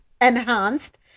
enhanced